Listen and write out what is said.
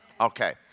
Okay